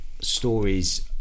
stories